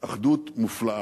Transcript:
אחדות מופלאה.